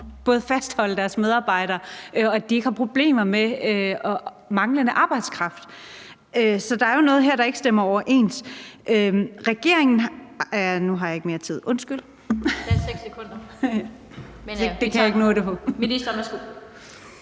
at fastholde deres medarbejdere og ikke har problemer med manglende arbejdskraft. Så der er jo noget her, der ikke stemmer overens